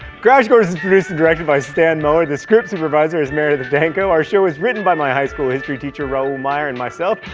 crash course is produced and directed by stan muller. the script supervisor is meredith danko. our show is written by my high school history teacher raoul meyer and myself.